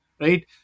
Right